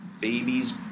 Babies